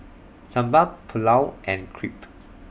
Sambar Pulao and Crepe